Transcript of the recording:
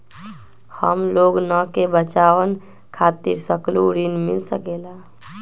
हमलोगन के बचवन खातीर सकलू ऋण मिल सकेला?